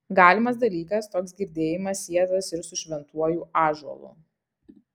galimas dalykas toks girdėjimas sietas ir su šventuoju ąžuolu